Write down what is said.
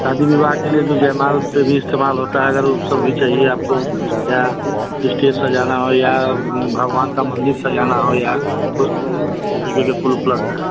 शादी विवाह के लिए जो जयमाला पर भी इस्तेमाल होता है अगर वह सभी चाहिए आपको या यह स्टेज सजाना हो या भगवान का मंदिर सजाना हो या कुल तरीक़े के फूल उपलब्ध हैं